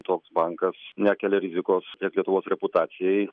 toks bankas nekelia rizikos lie lietuvos reputacijai